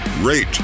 rate